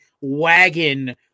wagon